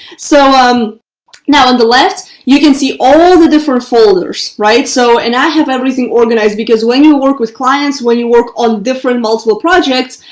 so i'm now on the left, you can see all the different folders, right so and i have everything organized because when you work with clients when you work on different multiple projects,